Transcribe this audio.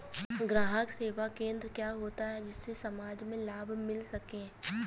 ग्राहक सेवा केंद्र क्या होता है जिससे समाज में लाभ मिल सके?